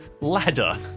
ladder